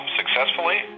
successfully